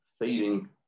feeding